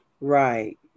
right